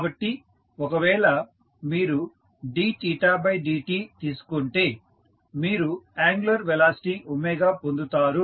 కాబట్టి ఒకవేళ మీరు ddt తీసుకుంటే మీరు యాంగులర్ వెలాసిటీ పొందుతారు